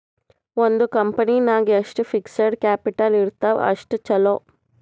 ಒಂದ್ ಕಂಪನಿ ನಾಗ್ ಎಷ್ಟ್ ಫಿಕ್ಸಡ್ ಕ್ಯಾಪಿಟಲ್ ಇರ್ತಾವ್ ಅಷ್ಟ ಛಲೋ